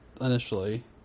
initially